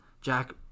Jack